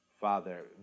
Father